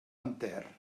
enter